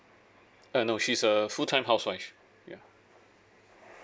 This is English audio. err no she's a full time housewife ya